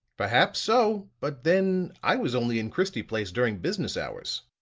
perhaps so but then i was only in christie place during business hours.